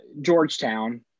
Georgetown